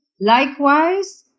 Likewise